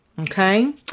Okay